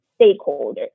stakeholders